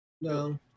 No